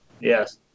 Yes